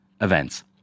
events